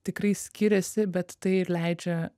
tikrai skiriasi bet tai ir leidžia